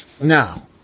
Now